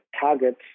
targets